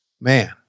man